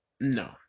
No